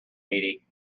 eighty